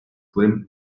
claim